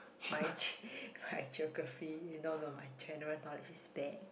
my my geography no no my general knowledge is bad